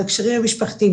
על הקשרים המשפחתיים,